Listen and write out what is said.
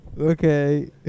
Okay